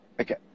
Okay